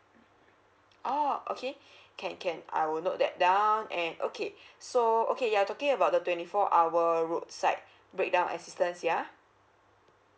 oh okay can can I will note that down and okay so okay you are talking about the twenty four hour roadside break down assistance yeah